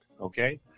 Okay